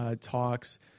talks